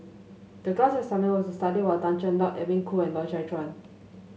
the class assignment was to study Tan Cheng Lock Edwin Koo and Loy Chye Chuan